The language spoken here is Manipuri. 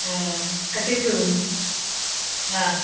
ꯑꯥ ꯀꯛꯆꯤꯡ ꯁꯣꯏꯕꯨꯝ ꯑꯥ